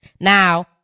Now